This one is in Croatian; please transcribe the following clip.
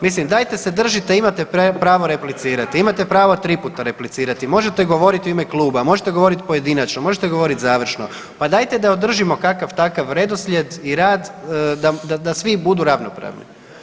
Mislim dajte se držite, imate pravo replicirati, imate pravo tri puta replicirati, možete govoriti u ime kluba, možete govoriti pojedinačno, možete govoriti završno pa dajte da održimo kakav takav redoslijed i rad da svi budu ravnopravni.